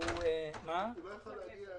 הוא לא יכול היה להגיע היום.